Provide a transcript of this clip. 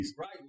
Right